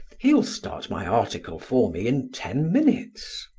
he'll start my article for me in ten minutes.